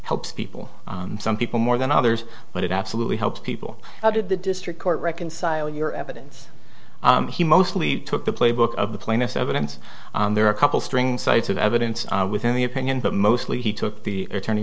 helps people some people more than others but it absolutely helps people how did the district court reconcile your evidence he mostly took the playbook of the plaintiff's evidence there are a couple string cites of evidence within the opinion but mostly he took the attorney